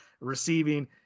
receiving